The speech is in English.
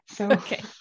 Okay